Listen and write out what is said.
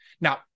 Now